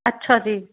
ਅੱਛਾ ਜੀ